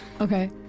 Okay